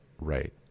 right